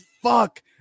fuck